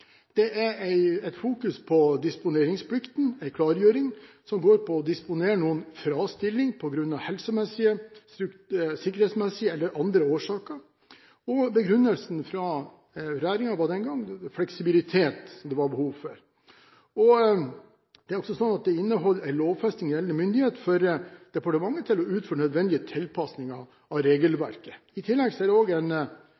Det fokuseres på disponeringsplikten – en klargjøring – som går på å disponere noen fra en stilling på grunn av helsemessige, sikkerhetsmessige eller andre årsaker, og begrunnelsen fra regjeringen var den gang at det var behov for fleksibilitet. Det inneholder også en lovfesting av gjeldende myndighet for departementet til å utføre nødvendige tilpasninger av